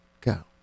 go